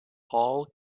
hall